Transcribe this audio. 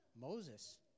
Moses